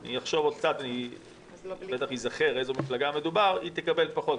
אני אחשוב עוד קצת ובטח אזכר באיזו מפלגה מדובר תקבל פחות,